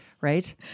right